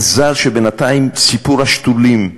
מזל שבינתיים סיפור השתולים נרגע,